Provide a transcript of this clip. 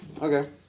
Okay